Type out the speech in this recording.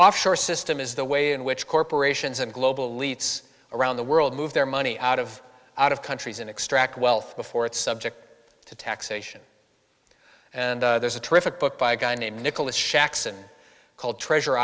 offshore system is the way in which corporations and global elites around the world move their money out of out of countries and extract wealth before it's subject to taxation and there's a terrific book by a guy named nicholas shaxson called treasure